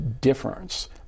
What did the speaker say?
difference